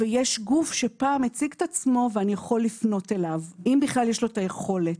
ויש גוף שפעם הציג את עצמו ואני יכול לפנות אם בכלל יש לו את היכולת.